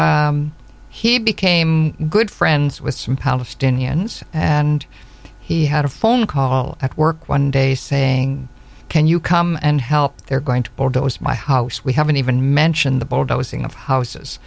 but he became good friends with some palestinians and he had a phone call at work one day saying can you come and help they're going to bordeaux is my house we haven't even mentioned the bulldozing of houses